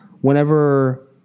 whenever